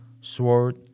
sword